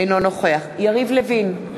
אינו נוכח יריב לוין,